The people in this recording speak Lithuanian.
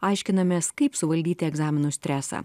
aiškinamės kaip suvaldyti egzaminų stresą